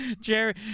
Jerry